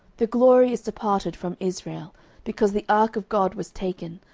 the glory is departed from israel because the ark of god was taken,